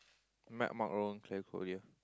Mag Mark Ron clear for him